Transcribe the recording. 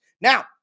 Now